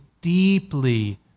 deeply